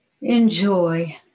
Enjoy